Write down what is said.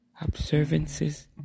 observances